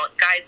guys